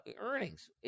earnings